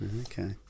Okay